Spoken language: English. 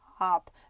up